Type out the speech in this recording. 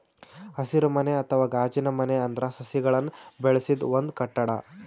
ಹಸಿರುಮನೆ ಅಥವಾ ಗಾಜಿನಮನೆ ಅಂದ್ರ ಸಸಿಗಳನ್ನ್ ಬೆಳಸದ್ ಒಂದ್ ಕಟ್ಟಡ